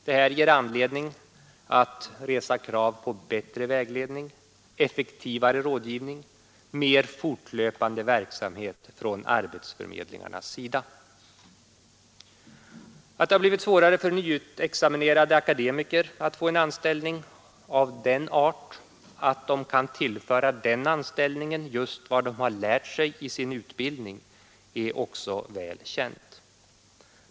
Det här ger anledning att resa krav på bättre vägledning, effektivare rådgivning, mer fortlöpande verksamhet från arbetsförmedlingarnas sida. 104 Att det har blivit svårare för nyutexaminerade att få en anställning av den art, att de kan tillföra den anställningen just vad de har lärt sig i sin utbildning, är också väl känt.